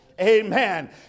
amen